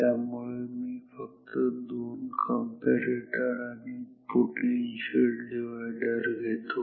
त्यामुळे मी फक्त दोन कंपॅरेटर आणि एक पोटेन्शिअल डिव्हायडर घेतो